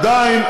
עדיין,